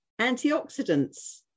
antioxidants